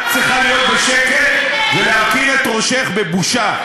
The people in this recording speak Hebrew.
את צריכה להיות בשקט ולהרכין את ראשך בבושה.